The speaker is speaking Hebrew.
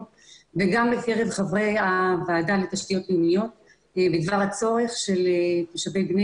וגם בקרב חברי הוועדה לתשתיות לאומיות בדבר הצורך של תושבי בני